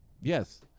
Yes